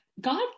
God